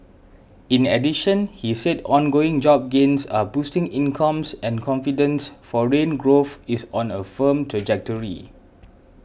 in addition he said ongoing job gains are boosting incomes and confidence foreign growth is on a firm trajectory